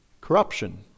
Corruption